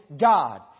God